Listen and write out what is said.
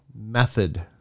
method